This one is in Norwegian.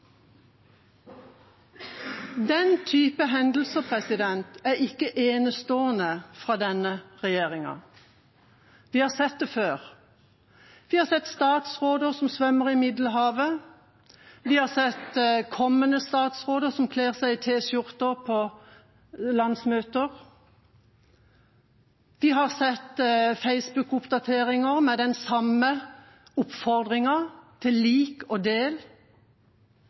Den type hendelser er ikke enestående fra denne regjeringa. Vi har sett det før. Vi har sett statsråder som svømmer i Middelhavet. Vi har sett kommende statsråder som kler seg i T-skjorter på landsmøter. Vi har sett facebookoppdateringer med den samme oppfordringen til lik og del.